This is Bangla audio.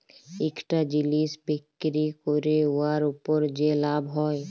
ইকটা জিলিস বিক্কিরি ক্যইরে উয়ার উপর যে লাভ হ্যয়